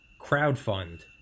crowdfund